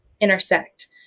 intersect